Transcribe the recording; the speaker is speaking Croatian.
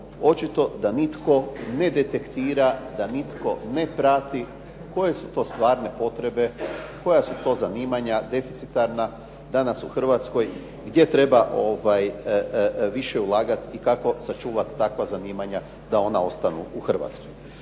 Očito da nitko ne detektira, da nitko ne prati koje su to stvarne potrebe, koja su to zanimanja deficitarna danas u Hrvatskoj gdje treba više ulagat i kako sačuvat takva zanimanja da ona ostanu u Hrvatskoj.